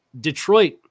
Detroit